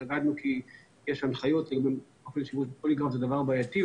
התנגדנו כי יש הנחיות לגבי שימוש בפוליגרף כי זה דבר בעייתי.